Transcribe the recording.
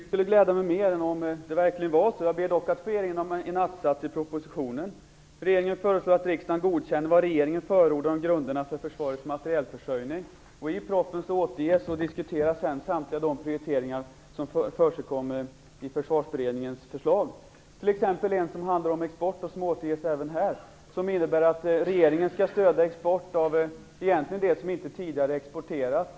Fru talman! Inget skulle glädja mig mer än om det verkligen var så. Jag erinrar dock om en att-sats i propositionen: Regeringen föreslår att riksdagen godkänner vad regeringen förordar om grunderna för försvarets materielförsörjning. I propositionen återges och diskuteras samtliga de prioriteringar som förekommer i Försvarsberedningens förslag. Det gäller t.ex. en som handlar om export och som återges även här. Den innebär att regeringen skall stödja export av det som egentligen inte tidigare exporterats.